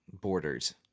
borders